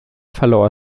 verlor